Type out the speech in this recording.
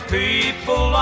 people